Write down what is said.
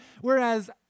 whereas